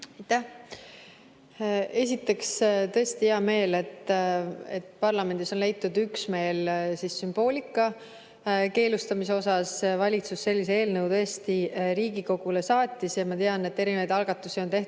Esiteks on tõesti hea meel, et parlamendis on leitud üksmeel sümboolika keelustamises. Valitsus sellise eelnõu tõesti Riigikogule saatis ja ma tean, et erinevaid algatusi on teinud